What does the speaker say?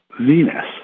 Venus